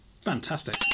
Fantastic